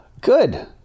Good